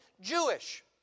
Jewish